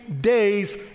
days